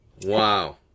Wow